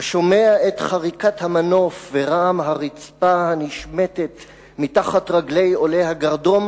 השומע את חריקת המנוף ורעם הרצפה הנשמטת מתחת רגלי עולי הגרדום,